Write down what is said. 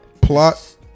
plot